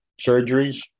surgeries